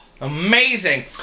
amazing